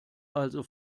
also